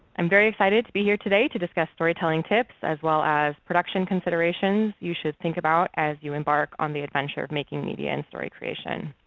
i'm very excited to be here today to discuss storytelling tips as well as production considerations that you should think about as you embark on the adventure of making media and story creation.